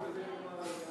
(תיקון מס' 3),